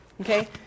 Okay